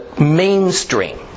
mainstream